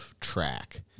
track